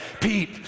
Pete